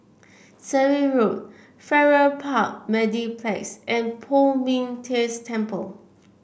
Surrey Road Farrer Park Mediplex and Poh Ming Tse Temple